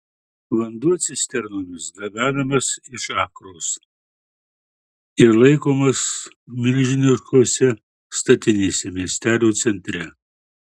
vanduo cisternomis gabenamas iš akros ir laikomas milžiniškose statinėse miestelio centre